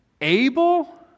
able